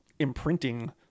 imprinting